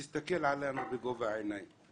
תסתכל עלינו בגובה העיניים.